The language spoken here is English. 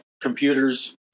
computers